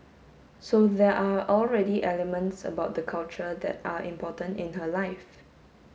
so there are already elements about the culture that are important in her life